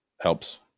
helps